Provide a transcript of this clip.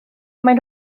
maen